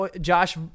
Josh